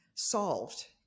solved